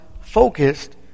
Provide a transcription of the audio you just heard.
focused